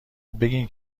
بگین